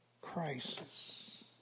crisis